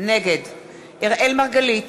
נגד אראל מרגלית,